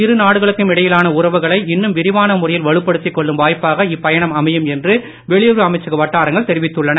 இரு நாடுகளுக்கும் இடையிலான உறவுகளை இன்னும் விரிவான முறையில் வலுப்படுத்திக் கொள்ளும் வாய்ப்பாக இப்பயணம் அமையும் என்று வெளியுறவு அமைச்சக வட்டாரங்கள் தெரிவித்துள்ளன